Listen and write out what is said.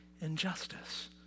injustice